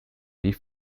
wie